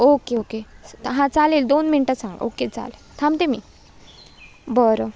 okay okay स हां चालेल दोन मिनटांत सांगा ओके चालेल थांबते मी बरं